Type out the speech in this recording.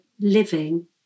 living